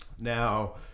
Now